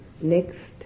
next